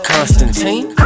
Constantine